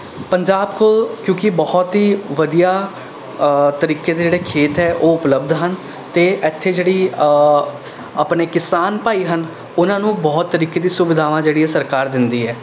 ਪੰਜਾਬ ਕੋਲ ਕਿਉਂਕਿ ਬਹੁਤ ਹੀ ਵਧੀਆ ਤਰੀਕੇ ਦੇ ਜਿਹੜੇ ਖੇਤ ਹੈ ਉਹ ਉਪਲਬਧ ਹਨ ਅਤੇ ਇੱਥੇ ਜਿਹੜੀ ਆਪਣੇ ਕਿਸਾਨ ਭਾਈ ਹਨ ਉਹਨਾਂ ਨੂੰ ਬਹੁਤ ਤਰੀਕੇ ਦੀ ਸੁਵਿਧਾਵਾਂ ਜਿਹੜੀਆਂ ਸਰਕਾਰ ਦਿੰਦੀ ਹੈ